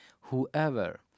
Whoever